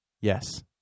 yes